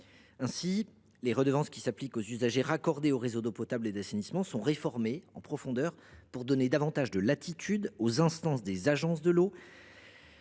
Ainsi, les redevances qui s’appliquent aux usagers raccordés aux réseaux d’eau potable et d’assainissement sont réformées en profondeur afin de donner aux instances des agences de l’eau